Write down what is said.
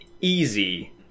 easy